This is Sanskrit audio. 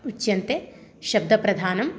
उच्यन्ते शब्दप्रधानं